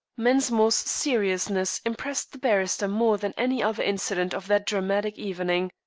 mensmore's seriousness impressed the barrister more than any other incident of that dramatic evening.